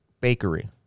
Bakery